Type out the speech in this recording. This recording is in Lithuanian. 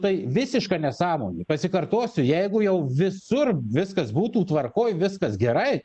tai visiška nesąmonė pasikartosiu jeigu jau visur viskas būtų tvarkoj viskas gerai